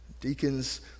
Deacons